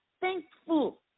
thankful